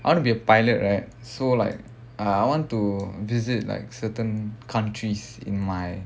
I want to be a pilot right so like uh I want to visit like certain countries in my